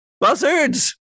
buzzards